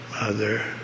mother